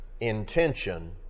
intention